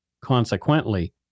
Consequently